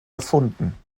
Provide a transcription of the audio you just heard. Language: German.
erfunden